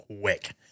quick